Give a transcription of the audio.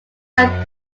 are